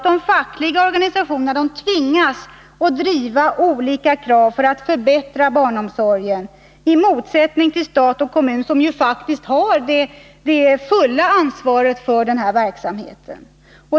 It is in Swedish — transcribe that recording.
De fackliga organisationerna tvingas ju driva olika krav för att förbättra barnomsorgen i motsättning till stat och kommun, som faktiskt har det fulla ansvaret för verksamheten.